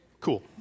Cool